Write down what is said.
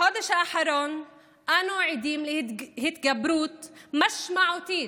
בחודש האחרון אנחנו עדים להתגברות משמעותית